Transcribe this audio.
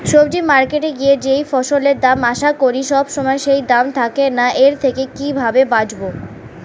সবজি মার্কেটে গিয়ে যেই ফসলের দাম আশা করি সবসময় সেই দাম থাকে না এর থেকে কিভাবে বাঁচাবো?